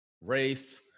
race